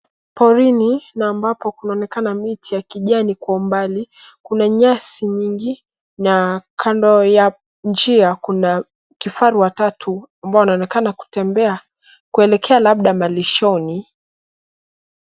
Porini, na ambapo kunaonekana miti ya kijani kwa umbali. Kuna nyasi nyingi na kando ya njia kuna kifaru watatu ambao wanaonekana kutembea kuelekea labda malishoni.